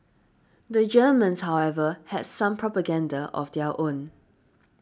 the Germans however had some propaganda of their own